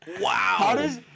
wow